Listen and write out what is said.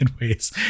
ways